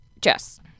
Jess